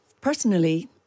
personally